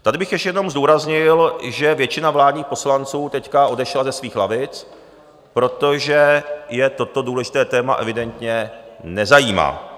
Tady bych ještě jenom zdůraznil, že většina vládních poslanců teď odešla ze svých lavic, protože je toto důležité téma evidentně nezajímá.